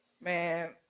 man